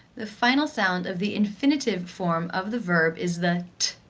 the final sound of the infinitive form of the verb is the tt,